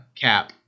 Cap